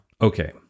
okay